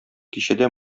кичәдә